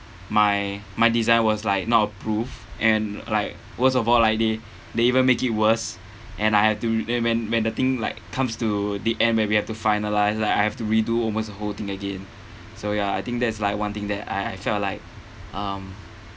my my design was like not approved and like worst of all like they they even make it worse and I had to then when when the thing like comes to the end where we have to finalise like I have to redo almost the whole thing again so ya I think that's like one thing that I I felt like um